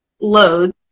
loads